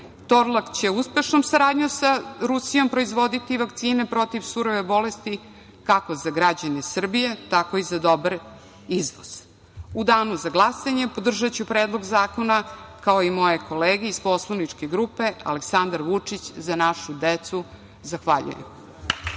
Torlak će uspešnom saradnjom sa Rusijom proizvoditi vakcine protiv surove bolesti, kako za građane Srbije, tako i za izvoz.U danu za glasanje podržaću predlog zakona, kao i moje kolege iz poslaničke grupe Aleksandar Vučić – Za našu decu. Zahvaljujem.